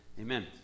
Amen